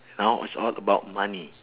now is all about money